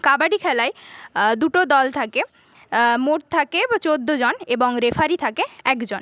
কাবাডি খেলায় দুটো দল থাকে মোট থাকে চোদ্দ জন এবং রেফারি থাকে একজন